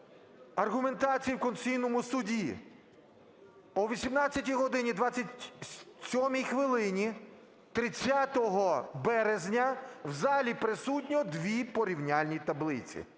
аргументації в Конституційному Суді. О 18 годині 27 хвилині 30 березня в залі присутньо 2 порівняльні таблиці.